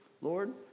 Lord